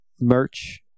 merch